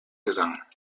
gesang